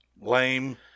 lame